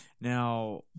Now